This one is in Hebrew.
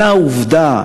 אלא העובדה,